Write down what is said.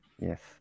Yes